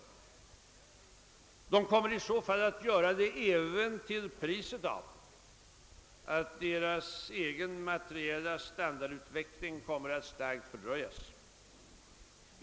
De kommer i så fall att göra det även till priset av att deras egen materiella standardutveckling kommer att starkt fördröjas.